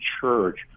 church